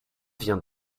vient